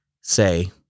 Say